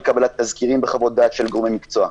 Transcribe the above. קבלת תסקירים וחוות דעת של גורמי מקצוע.